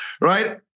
right